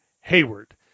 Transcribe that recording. Hayward